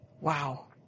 Wow